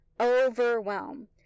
overwhelm